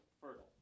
fertile